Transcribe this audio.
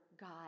God